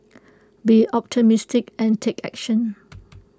be optimistic and take action